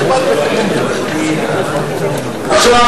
עכשיו,